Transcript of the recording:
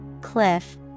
cliff